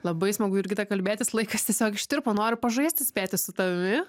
labai smagu jurgita kalbėtis laikas tiesiog ištirpo noriu pažaisti spėti su tavimi